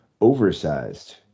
oversized